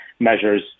measures